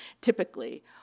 typically